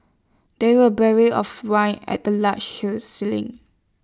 there were barrels of wine at the large show ceiling